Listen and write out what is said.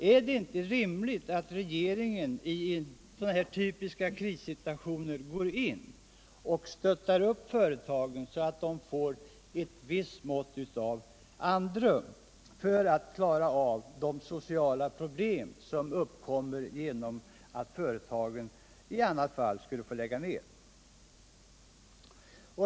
Är det inte rimligt att regeringen i sådana här typiska krissituationer går in och stöttar upp företagen så att de får ett visst andrum för att klara de sociala problem som uppkommer genom att företagen i annat fall skulle få lägga ned?